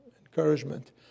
encouragement